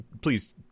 please